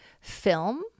film